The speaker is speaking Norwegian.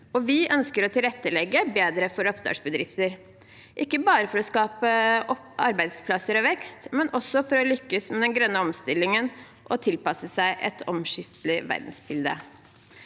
Vi ønsker å tilrettelegge bedre for oppstartsbedrifter – ikke bare for å skape arbeidsplasser og vekst, men også for å lykkes med den grønne omstillingen og tilpasse oss et omskiftelig verdensbilde.